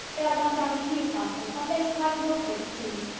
they are gone down to newcastle, a place quite northward, it seems,